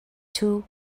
two